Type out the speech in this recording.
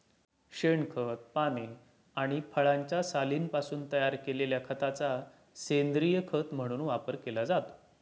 शेणखत, पाने आणि फळांच्या सालींपासून तयार केलेल्या खताचा सेंद्रीय खत म्हणून वापर केला जातो